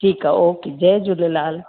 ठीकु आहे ओके जय झूलेलाल